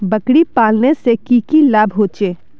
बकरी पालने से की की लाभ होचे?